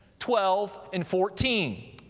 twelve and fourteen.